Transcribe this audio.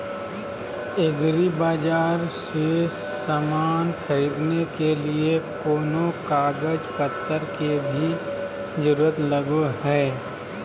एग्रीबाजार से समान खरीदे के लिए कोनो कागज पतर के भी जरूरत लगो है?